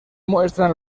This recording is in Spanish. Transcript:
muestran